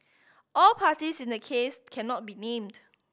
all parties in the case cannot be named